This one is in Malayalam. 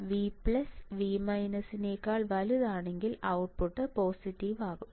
V V നേക്കാൾ വലുതാണെങ്കിൽ ഔട്ട്പുട്ട് പോസിറ്റീവ് ആകും